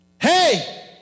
Hey